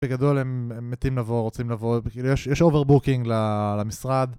בגדול הם מתים לבוא, רוצים לבוא, יש over booking למשרד